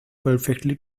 perfectly